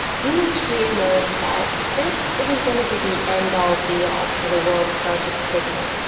diemut strebe knows that this isn't going to be the end all be all for the world's darkest pigment.